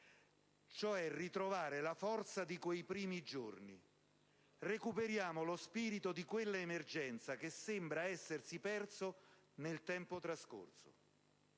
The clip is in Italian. bisogna ritrovare la forza di quei primi giorni, recuperando lo spirito di quell'emergenza, che sembra essersi perso nel tempo trascorso.